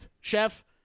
Chef